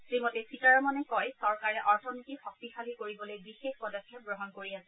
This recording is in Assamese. শ্ৰীমতী সীতাৰমণে কয় চৰকাৰে অথনীতি শক্তিশালী কৰিবলৈ বিশেষ পদক্ষেপ গ্ৰহণ কৰি আছে